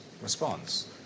response